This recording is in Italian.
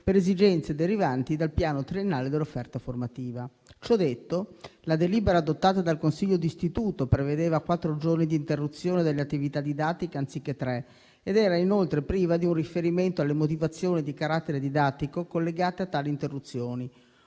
per esigenze derivanti dal piano triennale dell'offerta formativa. Ciò detto, la delibera adottata dal Consiglio d'istituto prevedeva quattro giorni di interruzione delle attività didattiche, anziché tre, ed era inoltre priva di un riferimento alle motivazioni di carattere didattico collegate a tali interruzioni,